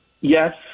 yes